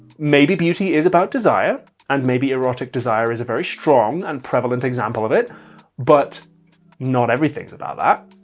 maybe beauty is about desire and maybe erotic desire is a very strong and prevalent example of it but not everything's about that.